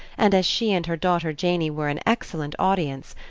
and as she and her daughter janey were an excellent audience,